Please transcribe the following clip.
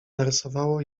narysowało